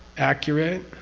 accurate,